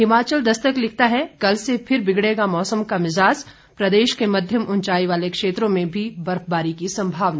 हिमाचल दस्तक लिखता है कल से फिर बिगड़ेगा मौसम का मिज़ाज प्रदेश के मध्यम ऊंचाई वाले क्षेत्रों में भी बर्फबारी की संभावना